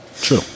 True